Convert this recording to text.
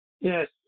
Yes